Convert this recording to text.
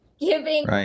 giving